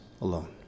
alone